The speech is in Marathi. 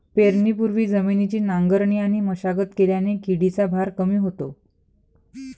पेरणीपूर्वी जमिनीची नांगरणी आणि मशागत केल्याने किडीचा भार कमी होतो